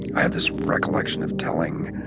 i have this recollection of telling